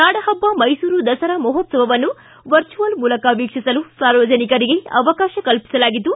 ನಾಡ ಹಬ್ಬ ಮೈಸೂರು ದಸರಾ ಮಹೋತ್ತವವನ್ನು ವರ್ಚುವಲ್ ಮೂಲಕ ವೀಕ್ಷಿಸಲು ಸಾರ್ವಜನಿಕರಿಗೆ ಅವಕಾಶ ಕಲ್ಪಿಸಲಾಗಿದ್ದು